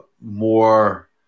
more